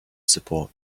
support